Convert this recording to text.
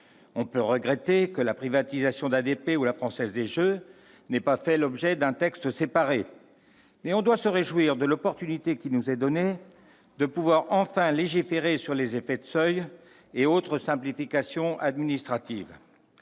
on peut regretter que la privatisation d'ADP ou de la Française des jeux n'ait pas fait l'objet d'un texte séparé ; mais nous devons nous réjouir de l'occasion qui nous est donnée de pouvoir enfin légiférer sur les effets de seuil et autres simplifications administratives.